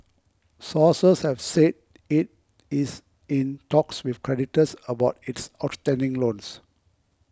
sources have said it is in talks with creditors about its outstanding loans